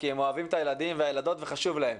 כי הם אוהבים את הילדים והילדות וחשוב להם.